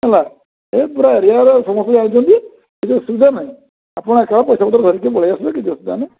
ହେଲା ଏ ପୁରା ଏରିଆର ସମସ୍ତେ ଜାଣିଛନ୍ତି କିଛି ଅସୁବିଧା ନାହିଁ ଆପଣ ଏକାବେଳେ ପଇସା ପତ୍ର ଧରିକି ପଳାଇ ଆସିବେ କିଛି ଅସୁବିଧା ନାହିଁ